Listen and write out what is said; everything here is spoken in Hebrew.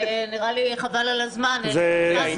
נראה לי חבל על הזמן --- העניין הוא